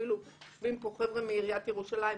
יושבים פה חבר'ה מעיריית ירושלים.